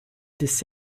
this